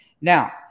Now